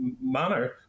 manner